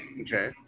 Okay